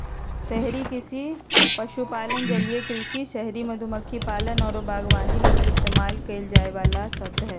शहरी कृषि पशुपालन, जलीय कृषि, शहरी मधुमक्खी पालन आऊ बागवानी लगी इस्तेमाल कईल जाइ वाला शब्द हइ